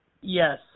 yes